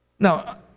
Now